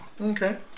Okay